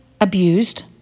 abused